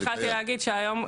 התחלתי להגיד שהיום,